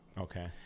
Okay